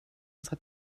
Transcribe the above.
unsere